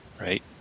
Right